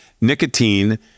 nicotine